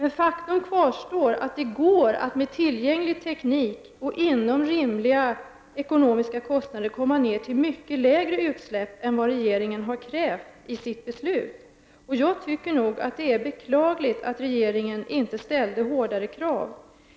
Men faktum kvarstår att det går att med tillgänglig teknik och till rimliga ekonomiska kostnader komma ner till mycket lägre utsläpp än vad regeringen har krävt i sitt beslut. Det är beklagligt att regeringen inte ställde hårdare krav.